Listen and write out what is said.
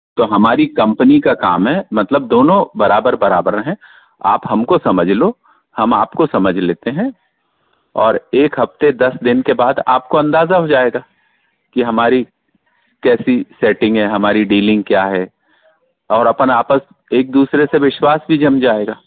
तो हमारी कंपनी का काम है मतलब दोनों बराबर बराबर हैं आप हमको समझ लो हम आपको समझ लेते हैं एक हफ्ते दस दिन के बाद आपको अंदाज़ा हो जाएगा कि हमारी कैसी सेटिंग है हमारी डीलिंग क्या है और अपन आपस एक दूसरे से विश्वास भी जम जाएगा